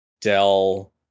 Dell